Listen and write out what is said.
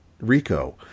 Rico